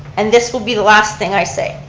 and this will be the last thing i say.